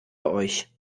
euch